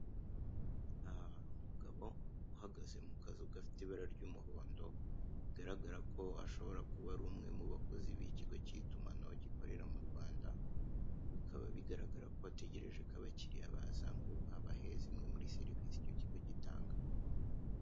Aha hari umugabo uhagaze mu kazu gafite ibara ry'umuhondo bigaragara ko ashobora kuba ari umwe mu bakozi b'ikigi k'itumanaho gikorera mu Rwanda, bikaba bigaragara ko atagereje ko abakiriya baza ngo abahe zimwe muri serivise icyo kigo gitanga.